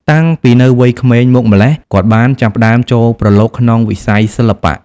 តាំងពីនៅវ័យក្មេងមកម្ល៉េះ គាត់បានចាប់ផ្ដើមចូលប្រឡូកក្នុងវិស័យសិល្បៈ។